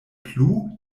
plu